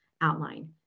outline